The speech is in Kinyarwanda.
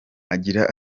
agira